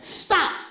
stop